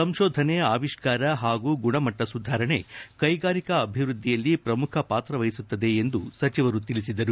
ಸಂಶೋಧನೆ ಆವಿಷ್ಕಾರ ಹಾಗೂ ಗುಣಮಟ್ಟ ಸುಧಾರಣೆ ಕೈಗಾರಿಕಾ ಅಭಿವೃದ್ಧಿಯಲ್ಲಿ ಪ್ರಮುಖ ಪಾತ್ರ ವಹಿಸುತ್ತದೆ ಎಂದು ಸಚಿವರು ಹೇಳಿದರು